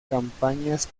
campañas